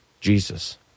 Jesus